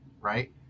right